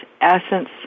essence